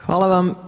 Hvala vam.